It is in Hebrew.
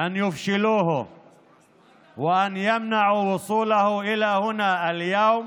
להכשיל אותו ולמנוע את הגעתו לכאן היום,